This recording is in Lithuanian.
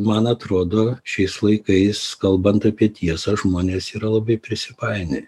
man atrodo šiais laikais kalbant apie tiesą žmonės yra labai prisipainioję